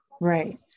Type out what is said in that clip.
Right